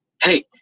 hey